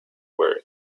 work